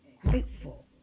grateful